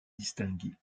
distingué